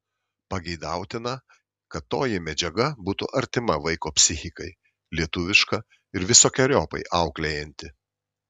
pageidautina kad toji medžiaga būtų artima vaiko psichikai lietuviška ir visokeriopai auklėjanti